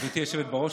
גברתי היושבת בראש,